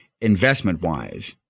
investment-wise